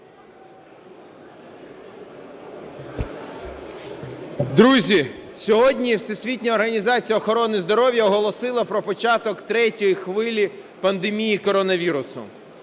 Друзі, сьогодні Всесвітня організація охорони здоров'я оголосила про початок третьої хвилі пандемії коронавірусу,